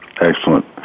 Excellent